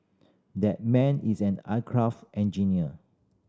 that man is an aircraft engineer